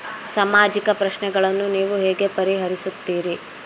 ಸಾಮಾಜಿಕ ಪ್ರಶ್ನೆಗಳನ್ನು ನೀವು ಹೇಗೆ ಪರಿಹರಿಸುತ್ತೀರಿ?